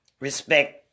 respect